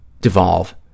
devolve